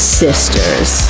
sisters